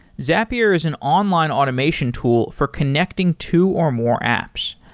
zapier is an online automation tool for connecting two or more apps.